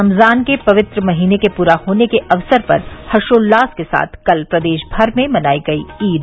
रमजान के पवित्र महीने के पूरा होने के अवसर पर हर्षोल्लास के साथ कल प्रदेश भर में मनाई गई ईद